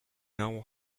now